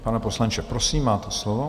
Pane poslanče, prosím, máte slovo.